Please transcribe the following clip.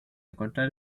encontrar